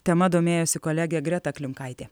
tema domėjosi kolegė greta klimkaitė